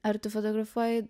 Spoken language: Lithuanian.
ar tu fotografuoji